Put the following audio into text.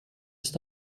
ist